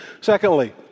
Secondly